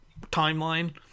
timeline